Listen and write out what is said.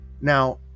Now